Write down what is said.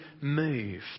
moved